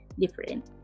different